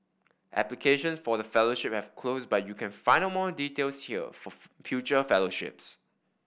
applications for the fellowship have closed but you can find out more details here for future fellowships